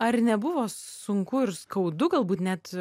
ar nebuvo sunku ir skaudu galbūt net